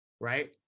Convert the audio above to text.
right